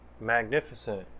magnificent